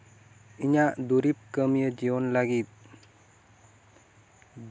ᱤᱧᱟᱹᱜ ᱫᱩᱨᱤᱵ ᱠᱟᱹᱢᱭᱟᱹ ᱡᱤᱭᱚᱱ ᱞᱟᱹᱜᱤᱫ